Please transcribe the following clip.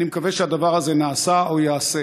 אני מקווה שהדבר הזה נעשה או ייעשה.